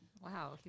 Wow